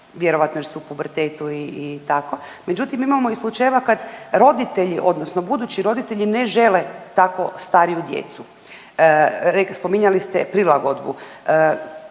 vjerojatno jer su u pubertetu i tako, međutim, imamo i slučajeva kad roditelji, odnosno budući roditelji ne žele tako stariju djecu. Rekli smo, spominjali ste prilagodbu.